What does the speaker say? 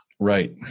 Right